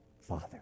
Father